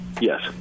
Yes